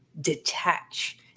detach